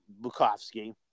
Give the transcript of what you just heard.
Bukowski